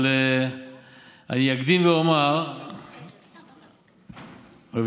אבל אני אקדים ואומר, רויטל,